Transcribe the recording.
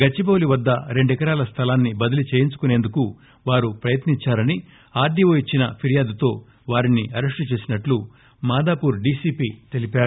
గచ్చిబాలీ వద్ద రెండెకరాలు స్దలాన్ని బదిలీ చేయించుకుసేందుకు వారు ప్రయత్నించారని ఆ ర్జీ ఓ ఇచ్చిన ఫిర్యాదుతో వారిని అరెస్టు చేసినట్లు మాదాపూర్ డి సి పి తెలిపారు